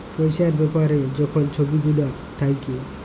পইসার ব্যাপারে যখল ছব ঝুঁকি গুলা থ্যাকে